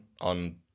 on